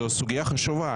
זו סוגיה חשובה,